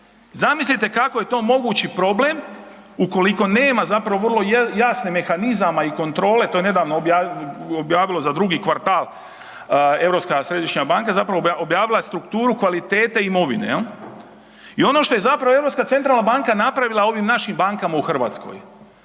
Zamislite kako je to mogući problem ukoliko nema vrlo jasnih mehanizama kontrole to je nedavno objavilo za drugi kvartal Europska središnja banka objavila strukturu kvalitete imovine. I ono što je Europska centralna banka napravila ovim našim bankama u Hrvatskoj